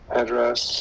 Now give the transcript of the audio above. address